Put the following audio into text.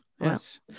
Yes